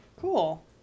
cool